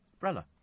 Brella